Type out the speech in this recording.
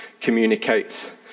communicates